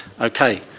Okay